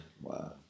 wow